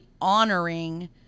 honoring